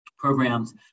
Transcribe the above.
programs